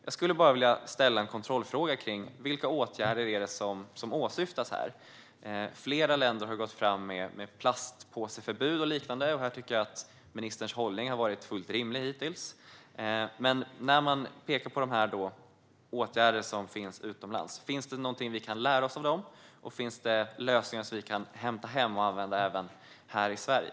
Jag vill bara ställa en kontrollfråga om vilka åtgärder det är som åsyftas här. Flera länder har gått fram med förbud mot plastpåsar och liknande. Här tycker jag att ministerns hållning har varit fullt rimlig hittills. Men när man pekar på de åtgärder som har vidtagits utomlands undrar jag om det är någonting som vi kan lära oss av dem och om det finns lösningar som vi kan hämta hem och använda även här i Sverige.